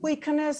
הוא ייכנס